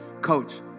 Coach